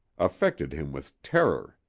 affected him with terror.